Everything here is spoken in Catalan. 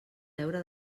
deure